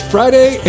Friday